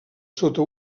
sota